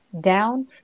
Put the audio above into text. down